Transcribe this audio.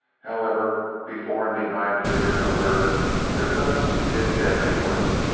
however, before and behind the leader of the herd their guns did deadly work.